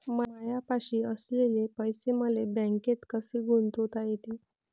मायापाशी असलेले पैसे मले बँकेत कसे गुंतोता येते?